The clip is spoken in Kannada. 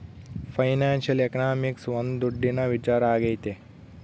ಫೈನಾನ್ಶಿಯಲ್ ಎಕನಾಮಿಕ್ಸ್ ಒಂದ್ ದುಡ್ಡಿನ ವಿಚಾರ ಆಗೈತೆ